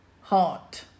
heart